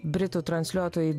britų transliuotojui